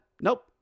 nope